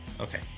Okay